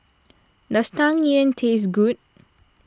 does Tang Yuen taste good